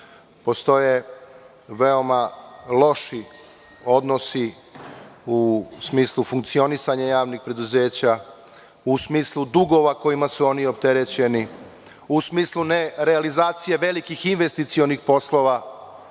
postoje veoma loši odnosi u smislu funkcionisanja javnih preduzeća, u smislu dugova kojima su oni preopterećeni, u smislu nerealizacije velikih investicionih poslova